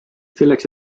selleks